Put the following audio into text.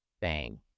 Bang